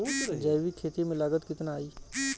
जैविक खेती में लागत कितना आई?